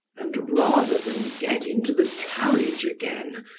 and rather than get into the carriage again,